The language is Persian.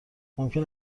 ممکن